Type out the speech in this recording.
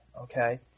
okay